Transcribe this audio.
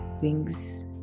wings